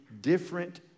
different